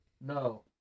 No